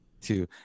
two